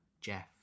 Jeff